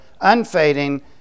unfading